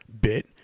bit